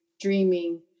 dreaming